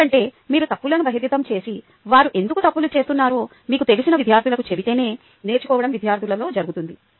ఎందుకంటే మీరు తప్పులను బహిర్గతం చేసి వారు ఎందుకు తప్పులు చేస్తున్నారో మీకు తెలిసిన విద్యార్థులకు చెబితేనే నేర్చుకోవడం విద్యార్థులలో జరుగుతుంది